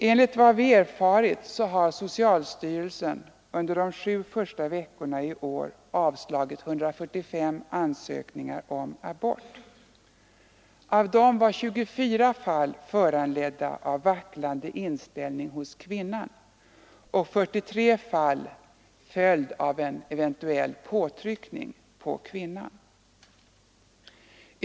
Enligt vad vi erfarit har socialstyrelsen under de sju första veckorna i år avslagit 145 ansökningar om abort. I 24 av dessa fall var avslagen föranledda av en vacklande inställning hos kvinnan, och 43 fall föll på grund av en eventuell påtryckning på kvinnan.